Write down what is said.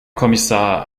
kommissar